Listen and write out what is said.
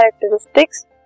characteristics